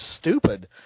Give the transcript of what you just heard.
stupid